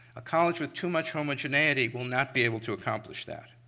a college with too much homogeneity will not be able to accomplish that.